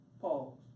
Pause